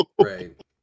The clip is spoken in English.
Right